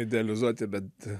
idealizuoti bet